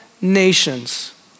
nations